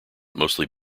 mostly